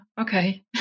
okay